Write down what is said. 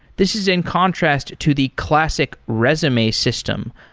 this is in contrast to the classic resume system,